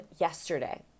yesterday